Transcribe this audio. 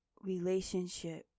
relationship